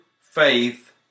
faith